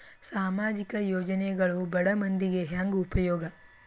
ಸಾಮಾಜಿಕ ಯೋಜನೆಗಳು ಬಡ ಮಂದಿಗೆ ಹೆಂಗ್ ಉಪಯೋಗ?